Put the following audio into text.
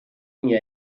unì